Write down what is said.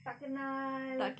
tak kenal